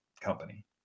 company